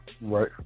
right